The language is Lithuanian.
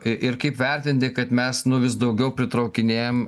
i ir kaip vertinti kad mes nu vis daugiau pritraukinėjam